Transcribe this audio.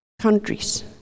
countries